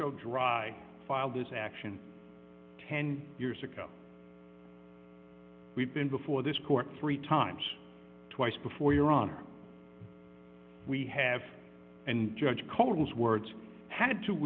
go dry filed this action ten years ago we've been before this court three times twice before your honor we have and judge colored his words had to